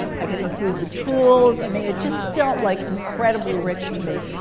i could include the tools. i mean it just felt like incredibly rich to me.